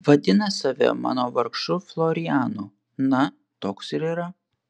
vadina save mano vargšu florianu na toks ir yra